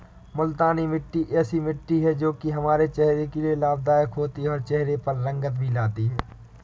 मूलतानी मिट्टी ऐसी मिट्टी है जो की हमारे चेहरे के लिए लाभदायक होती है और चहरे पर रंगत भी लाती है